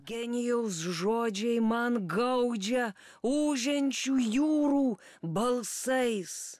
genijaus žodžiai man gaudžia ūžiančių jūrų balsais